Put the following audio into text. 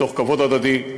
מתוך כבוד הדדי,